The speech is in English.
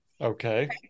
Okay